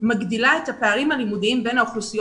מגדילה את הפערים הלימודיים בין האוכלוסיות